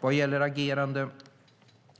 Vad gäller agerande